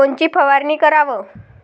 कोनची फवारणी कराव?